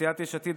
סיעת יש עתיד,